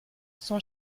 son